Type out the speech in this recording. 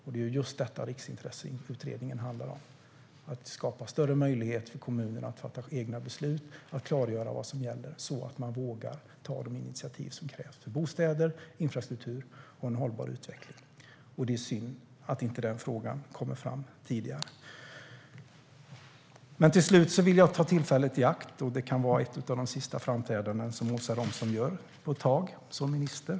Det är just detta riksintresse utredningen handlar om, det vill säga att skapa större möjligheter för kommunerna att fatta egna beslut och att klargöra vad som gäller så att man vågar ta de initiativ som krävs för bostäder, infrastruktur och hållbar utveckling. Det är synd att den frågan inte har kommit fram tidigare. Jag vill ta tillfället i akt eftersom det här kan vara ett av de sista framträdanden som Åsa Romson gör på ett tag som minister.